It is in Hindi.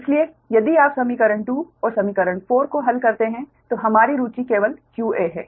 इसलिए यदि आप समीकरण 2 और समीकरण 4 को हल करते हैं तो हमारी रुचि केवल qa है